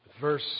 verse